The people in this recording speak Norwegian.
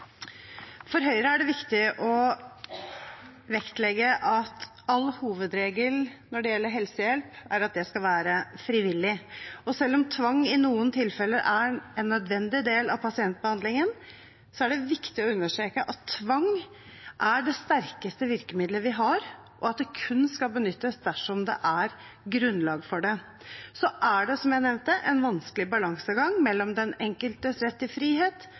For Høyre er det viktig å vektlegge at hovedregelen når det gjelder helsehjelp, er at det skal være frivillig. Selv om tvang i noen tilfeller er en nødvendig del av pasientbehandlingen, er det viktig å understreke at tvang er det sterkeste virkemiddelet vi har, og at det kun skal benyttes dersom det er grunnlag for det. Så er det, som jeg nevnte, en vanskelig balansegang mellom den enkeltes rett til frihet